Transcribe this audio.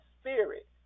spirit